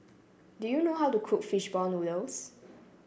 do you know how to cook fish ball noodles